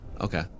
okay